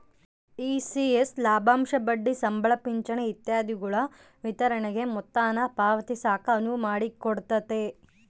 ECS ಲಾಭಾಂಶ ಬಡ್ಡಿ ಸಂಬಳ ಪಿಂಚಣಿ ಇತ್ಯಾದಿಗುಳ ವಿತರಣೆಗೆ ಮೊತ್ತಾನ ಪಾವತಿಸಾಕ ಅನುವು ಮಾಡಿಕೊಡ್ತತೆ